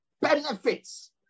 benefits